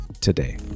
today